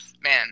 man